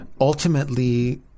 ultimately